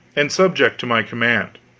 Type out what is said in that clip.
and subject to my command.